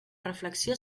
reflexió